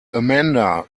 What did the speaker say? amanda